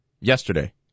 yesterday